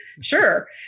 Sure